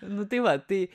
nu tai va tai